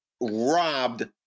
robbed